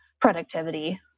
productivity